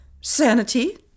sanity